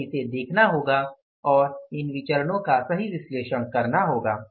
हमें इसे देखना होगा और इन विचरणो का सही विश्लेषण करना होगा